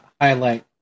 highlight